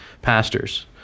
Pastors